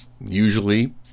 usually